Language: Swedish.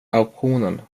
auktionen